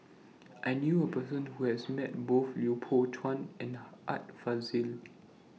I knew A Person Who has Met Both Lui Pao Chuen and Art Fazil